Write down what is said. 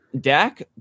Dak